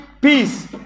peace